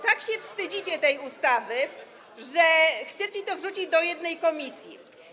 Tak się wstydzicie tej ustawy, że chcecie to wrzucić do jednej komisji.